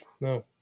No